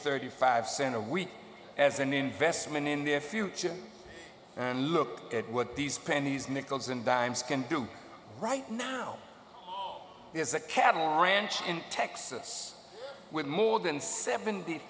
thirty five cents a week as an investment in their future and look at what these pennies nickels and dimes can do right now is a cattle ranch in texas with more than seventy